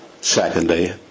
secondly